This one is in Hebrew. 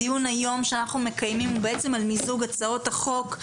הדיון היום שאנחנו מקיימים הוא בעצם על מיזוג הצעות החוק,